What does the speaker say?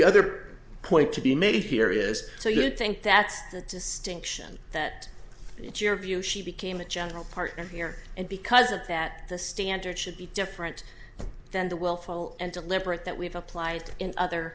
other point to be made here is so you think that's the distinction that your view she became a general partner here and because of that the standard should be different than the willful and deliberate that we've applied in other